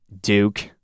Duke